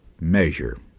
measure